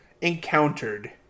encountered